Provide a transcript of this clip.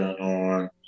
on